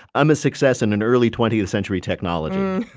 i'm a success in an early twentieth century technology.